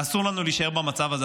ואסור לנו להישאר במצב הזה.